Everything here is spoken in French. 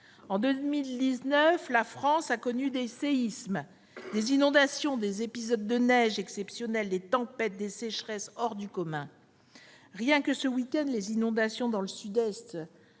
En 2019, la France a connu des séismes, des inondations, des épisodes de neige exceptionnels, des tempêtes et des sécheresses hors du commun. Rien que ce week-end, les inondations dans le sud-est